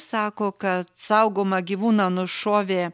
sako kad saugomą gyvūną nušovė